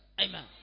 Amen